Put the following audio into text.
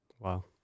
Wow